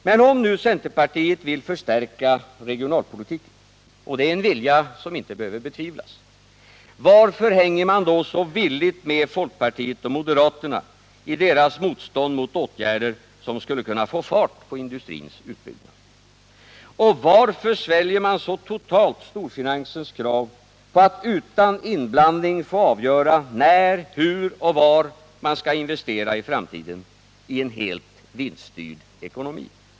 Men om nu centerpartiet vill förstärka regionalpolitiken — en vilja som inte behöver betvivlas — varför hänger man då så villigt med folkpartiet och moderaterna i deras motstånd mot åtgärder som skulle kunna få fart på industrins utbyggnad? Och varför sväljer man så totalt storfinansens krav på att utan inblandning få avgöra när, hur och var man skall investera i framtiden, i en helt vinststyrd ekonomi?